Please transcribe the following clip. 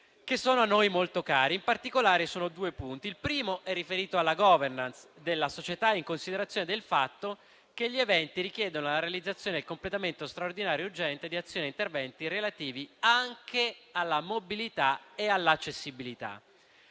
che sono a noi molto cari, in particolare su alcuni punti. Il primo è riferito alla *governance* della società in considerazione del fatto che gli eventi richiedono la realizzazione del completamento straordinario e urgente di azioni e interventi relativi anche alla mobilità e all'accessibilità.